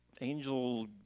angel